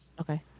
Okay